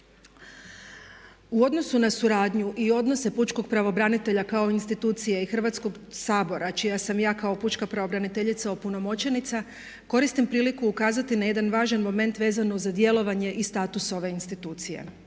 U odnosu na suradnju i odnose pučkog pravobranitelja kao institucije i Hrvatskog sabora čija sam ja kao pučka pravobraniteljica opunomoćenica koristim priliku ukazati na jedan važan moment vezano za djelovanje i status ove institucije.